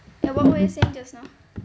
ya what were you saying just now